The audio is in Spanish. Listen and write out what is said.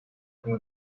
como